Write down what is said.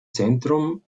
zentrum